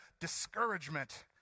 discouragement